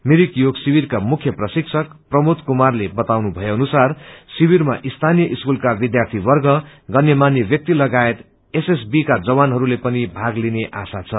मिरिक योग शिविरका मुख्य प्रशिक्षक प्रमोद कुमारले बताए अनुसार शिविरामा सीीय स्कूलाका विध्यार्थीवर्ग गन्यमान्य व्याक्ति लागायत एसएसबी का जवानहरूले पनि भाग लिने आशा छ